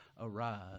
arise